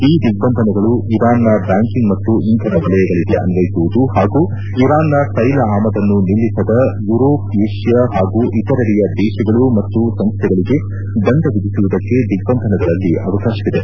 ಈ ದಿಗ್ಲಂಧನಗಳು ಇರಾನ್ನ ಬ್ಯಾಂಕಿಂಗ್ ಮತ್ತು ಇಂಧನ ವಲಯಗಳಗೆ ಅನ್ವಯಿಸುವುದು ಹಾಗೂ ಇರಾನ್ನ ತೈಲ ಆಮದನ್ನು ನಿಲ್ಲಿಸದ ಯುರೋಪ್ ಏಷ್ಯಾ ಹಾಗೂ ಇತರೆಡೆಯ ದೇಶಗಳು ಮತ್ತು ಸಂಸ್ಟೆಗಳಿಗೆ ದಂಡ ವಿಧಿಸುವುದಕ್ಕೆ ದಿಗ್ಬಂಧನಗಳಲ್ಲಿ ಅವಕಾಶವಿದೆ